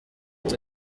est